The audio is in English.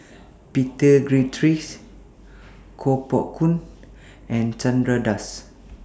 Peter Gilchrist Koh Poh Koon and Chandra Das